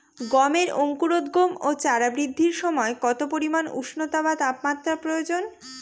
গমের অঙ্কুরোদগম ও চারা বৃদ্ধির সময় কত পরিমান উষ্ণতা বা তাপমাত্রা প্রয়োজন?